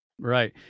Right